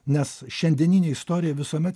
nes šiandieninė istorija visuomet